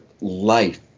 life